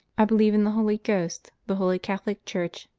i believe in the holy ghost the holy catholic church,